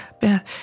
Beth